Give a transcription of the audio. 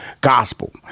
gospel